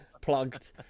plugged